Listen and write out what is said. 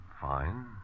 Fine